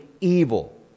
evil